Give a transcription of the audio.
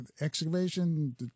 excavation